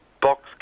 Box